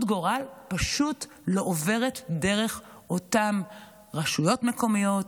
הגורל פשוט לא עוברים דרך אותן רשויות מקומיות,